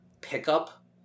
pickup